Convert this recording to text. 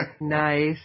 Nice